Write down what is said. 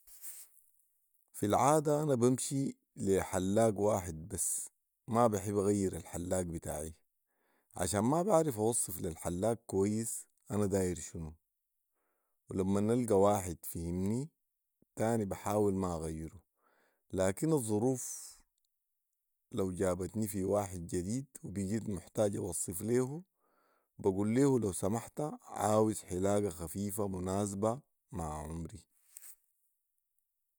في العاده انا بمشي لي حلاق واحد بس ما بحب اغير الحلاق بتاعي ،عشان ما بعرف اوصف للحلاق كويس انا داير شنو ولمن القي واحد فهمني تاني بحاول ما اغيره لكن الظروف لو جابتني في واحد جديد وبقيت محتاج اوصف ليه بقول ليه لو سمحت عاوز حلاقه خفيفه مناسبه مع عمري